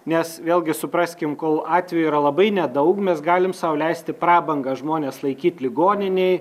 nes vėlgi supraskim kol atvejų yra labai nedaug mes galim sau leisti prabangą žmones laikyt ligoninėj